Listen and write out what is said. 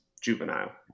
Juvenile